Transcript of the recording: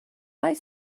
oes